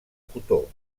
cotó